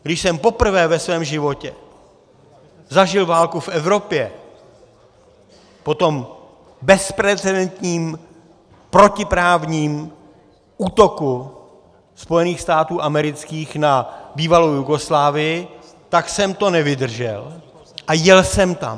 Když jsem poprvé ve svém životě zažil válku v Evropě po tom bezprecedentním protiprávním útoku Spojených států amerických na bývalou Jugoslávii, tak jsem to nevydržel a jel jsem tam.